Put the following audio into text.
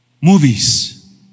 Movies